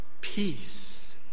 peace